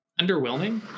underwhelming